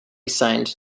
signed